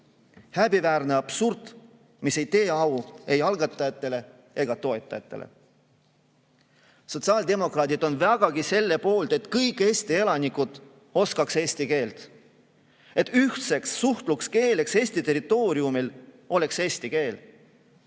Häbiväärne absurd, mis ei tee au ei algatajatele ega toetajatele. Sotsiaaldemokraadid on vägagi selle poolt, et kõik Eesti elanikud oskaks eesti keelt, et ühtne suhtluskeel Eesti territooriumil oleks eesti keel.